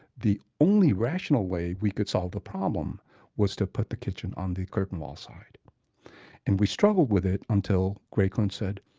the only rational way we could solve the problem was to put the kitchen on the curtain-wall side and we struggled with it until gray kunz said,